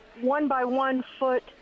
one-by-one-foot